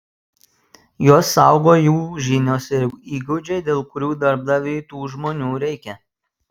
juos saugo jų žinios ir įgūdžiai dėl kurių darbdaviui tų žmonių reikia